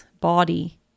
body